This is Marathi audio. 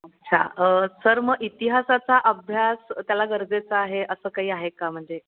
अच्छा सर मग इतिहासाचा अभ्यास त्याला गरजेचा आहे असं काही आहे का म्हणजे